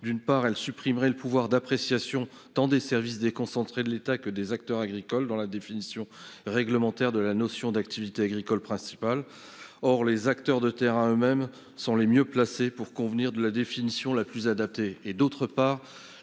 D'une part, elles supprimeraient le pouvoir d'appréciation tant des services déconcentrés de l'État que des acteurs agricoles, dans la définition réglementaire de la notion d'activité agricole principale. Or les acteurs de terrain eux-mêmes sont les mieux placés pour convenir de la définition la plus adaptée.